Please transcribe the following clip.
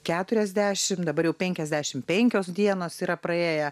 keturiasdešimt dabar jau penkiasdešimt penkios dienos yra praėję